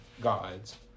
gods